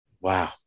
wow